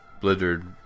Blizzard